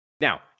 Now